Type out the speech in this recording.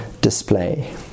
display